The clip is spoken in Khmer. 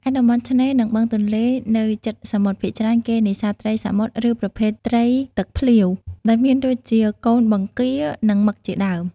ឯ តំបន់ឆ្នេរ និងបឹងទន្លេនៅជិតសមុទ្រ ភាគច្រើនគេនេសាទត្រីសមុទ្រ ឬប្រភេទត្រីទឹកភ្លាវ ដែលមានដូចជា កូនបង្គា សាលី និងមឹកជាដ់ើម។